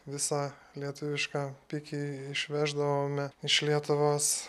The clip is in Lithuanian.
visą lietuvišką pikį išveždavome iš lietuvos